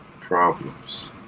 problems